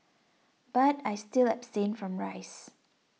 but I still abstain from rice